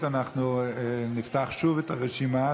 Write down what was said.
ואגב נבחרת הדירקטורים,